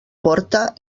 porta